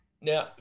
now